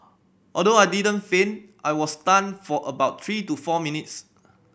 although I didn't faint I was stunned for about three to four minutes